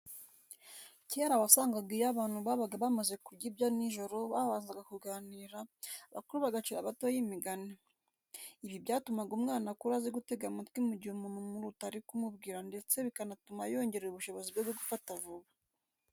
Kera wasangaga iyo abantu babaga bamaze kurya ibya nijoro babanza kuganira, abakuru bagacira abatoya imigani. Ibi byatumaga umwana akura azi gutega amatwi mu gihe umuntu umuruta ari kumubwira ndetse bikanatuma yongera ubushobozi bwe bwo gufata vuba.